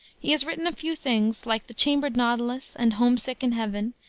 he has written a few things, like the chambered nautilus and homesick in heaven,